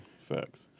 Facts